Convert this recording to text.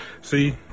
See